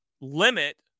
limit